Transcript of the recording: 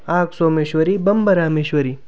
आग सोमेश्वरी बंब रामेश्वरी